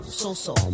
so-so